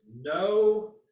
no